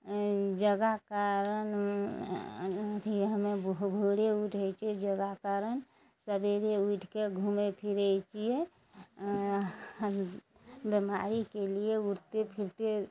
योगा कारण अथी हमे भोरे उठय छियै योगा कारण सवेरे उठिके घूमय फिरय छियै बेमारीके लिये उठते फिरते